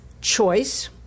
choice